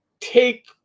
take